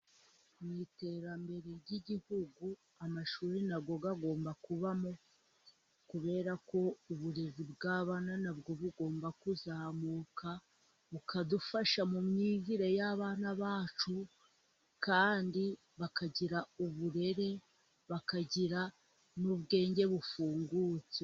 Mu iterambere ry'igihugu amashuri nayo agomba kubamo, kubera ko uburezi bw'abana nabwo bugomba kuzamuka, bukadufasha mu myigire y'abana bacu, kandi bakagira uburere, bakagira n'ubwenge bufungutse.